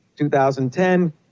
2010